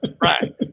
right